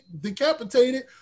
decapitated